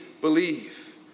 believe